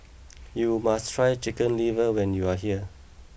you must try Chicken Liver when you are here